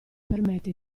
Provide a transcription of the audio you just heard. permette